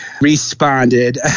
responded